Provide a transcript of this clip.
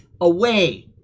away